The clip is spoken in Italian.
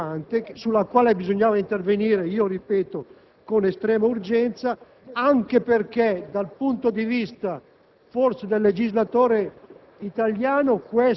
specie cacciabili. È una questione rilevante sulla quale bisognava intervenire - ripeto - con estrema urgenza, anche perché, forse dal punto di vista